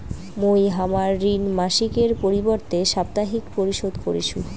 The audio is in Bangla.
মুই হামার ঋণ মাসিকের পরিবর্তে সাপ্তাহিক পরিশোধ করিসু